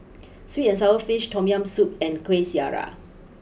sweet and Sour Fish Tom Yam Soup and Kueh Syara